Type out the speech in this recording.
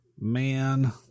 Man